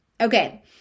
Okay